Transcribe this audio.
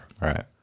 Right